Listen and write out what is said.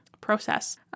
process